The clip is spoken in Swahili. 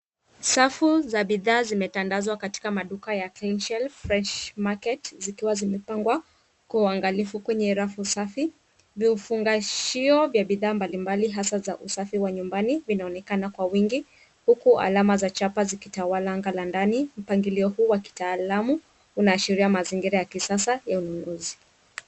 Safu za bidhaa zimetandaswa katika maduka ya Clean Shell Fresh Market zikiwa zimepangwa kwa uangalivu kwenye rafu safi vifungashio vya bidhaa mbali mbali hasa za usafi wa nyumbani vinaonekana kwa wingi huku alama za chaba zikitawala anga la ndani, mpangilio huu wa kitaalamu unaashiria mazingira ya kisasa ya ununuzi.